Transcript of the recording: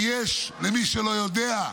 כי יש, למי שלא יודע,